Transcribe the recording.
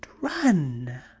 run